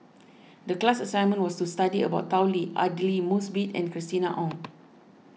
the class assignment was to study about Tao Li Aidli Mosbit and Christina Ong